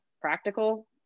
practical